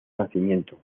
nacimiento